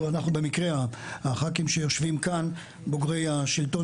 במקרה הח״כים שיושבים כאן הם בוגרי השלטון